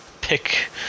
pick